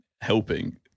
helping